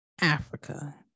Africa